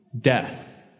death